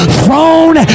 throne